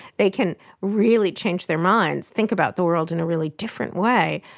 they can really change their minds, think about the world in a really different way,